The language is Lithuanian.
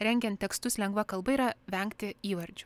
rengiant tekstus lengva kalba yra vengti įvardžių